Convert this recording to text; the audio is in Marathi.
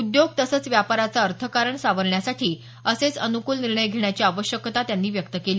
उद्योग तसंच व्यापाराचं अर्थकारण सावरण्यासाठी असेच अनुकूल निर्णय घेण्याची आवश्यकता त्यांनी व्यक्त केली